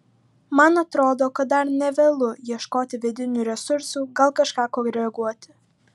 man atrodo kad dar ne vėlu ieškoti vidinių resursų gal kažką koreguoti